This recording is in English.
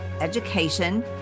education